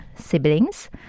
siblings